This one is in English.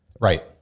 Right